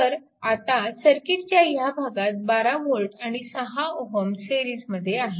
तर आता सर्किटच्या ह्या भागात 12 V आणि हा 6 Ω सिरीजमध्ये आहे